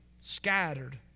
scattered